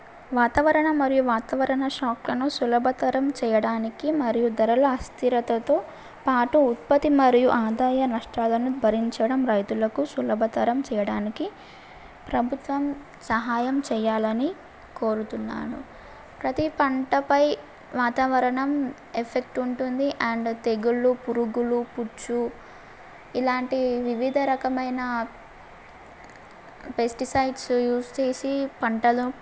వాతావరణం మరియు వాతావరణ షాక్లను సులభతరం చేయడానికి మరియు ధరల అస్థిరతతో పాటు ఉత్పత్తి మరియు ఆదాయ నష్టాలను భరించడం రైతులకు సులభతరం చేయడానికి ప్రభుత్వం సహాయం చేయాలని కోరుతున్నాను ప్రతి పంటపై వాతావరణం ఎఫెక్ట్ ఉంటుంది అండ్ తెగుళ్లు పురుగులు పుచ్చు ఇలాంటి వివిధ రకమైన పెస్టిసైడ్స్ యూస్ చేసి పంటలు